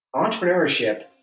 entrepreneurship